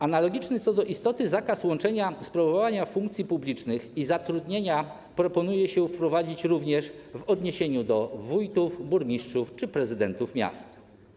Analogiczny co do istoty zakaz łączenia sprawowania funkcji publicznych i zatrudnienia proponuje się wprowadzić również w odniesieniu do wójtów, burmistrzów czy prezydentów miast.